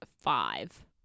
five